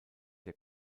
der